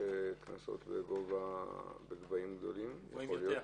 קנסות בסכומים גדולים --- גבוהים יותר.